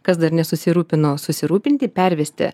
kas dar nesusirūpino susirūpinti pervesti